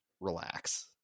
relax